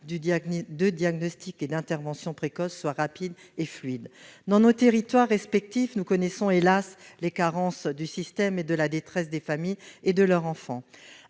de diagnostic et d'intervention précoce soit rapide et fluide. Dans nos territoires respectifs, nous connaissons, hélas, les carences du système, la détresse des familles et de leurs enfants